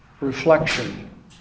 reflection